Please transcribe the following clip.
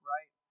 Right